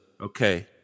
okay